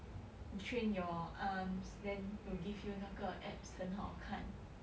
train your arms then you will give you 那个 abs 很好看